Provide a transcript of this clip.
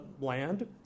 land